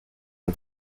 hat